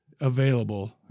available